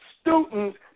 students